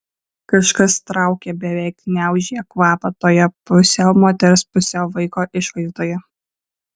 kažkas traukė beveik gniaužė kvapą toje pusiau moters pusiau vaiko išvaizdoje